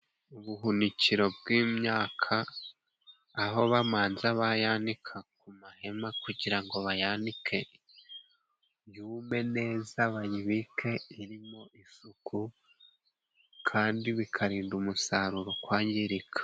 Ubuhunikiro bw'imyaka aho bamanza bayanika ku mahema kugira ngo bayanike yume neza bayibike irimo isuku kandi bikarinda umusaruro kwangirika.